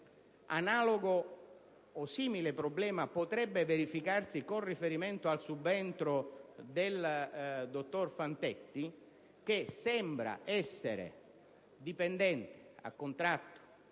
analogo o simile problema potrebbe verificarsi con riferimento al subentro del dottor Fantetti, che sembra essere dipendente a contratto